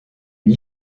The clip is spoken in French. une